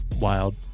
wild